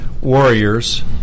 warriors